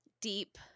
deep